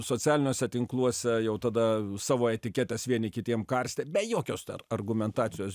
socialiniuose tinkluose jau tada savo etiketes vieni kitiem karstė be jokios argumentacijos